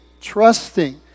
trusting